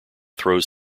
throws